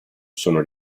sono